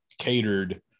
catered